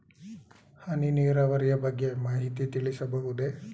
ಹನಿ ನೀರಾವರಿಯ ಬಗ್ಗೆ ಮಾಹಿತಿ ತಿಳಿಸಬಹುದೇ?